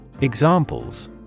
Examples